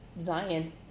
Zion